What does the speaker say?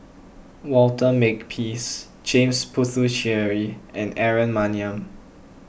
Walter Makepeace James Puthucheary and Aaron Maniam